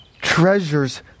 treasures